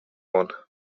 one